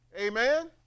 Amen